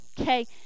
Okay